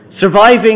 Surviving